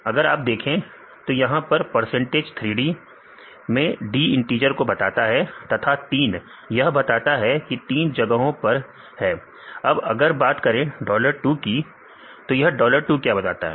अगर आप देखें तो यहां पर परसेंटेज 3d 3d मैं d इंटिजर को बताता है तथा तीन यह बताता है कि यह तीन जगहों पर है अब अगर बात करें डॉलर 2 की तो यह डॉलर 2 क्या बताता है